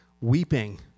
weeping